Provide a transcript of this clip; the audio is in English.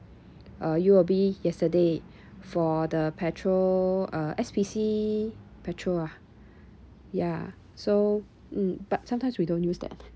uh U_O_B yesterday for the petrol uh S_P_C petrol ah yeah so mm but sometimes we don't use that